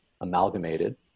amalgamated